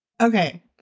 Okay